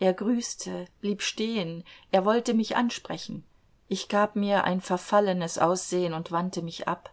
er grüßte blieb stehen er wollte mich ansprechen ich gab mir ein verfallenes aussehen und wandte mich ab